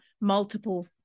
multiple